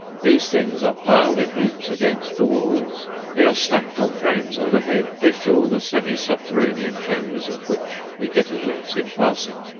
these things are piled in heaps against the walls they are stacked on frames overhead they fill the semi-subterranean chambers of which we get a glimpse in passing.